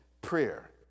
prayer